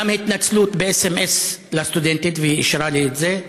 גם התנצלות בסמ"ס לסטודנטית והיא אישרה לי את זה,